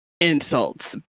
insults